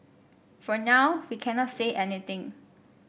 for now we cannot say anything